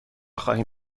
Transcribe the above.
خواهیم